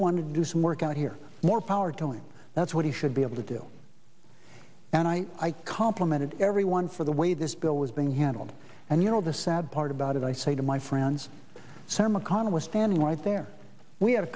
wanted to do some work out here more power doing that's what he should be able to do and i complimented everyone for the way this bill was being handled and you know the sad part about it i say to my friends sir mcconnell was standing right there we had a